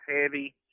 heavy